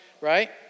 Right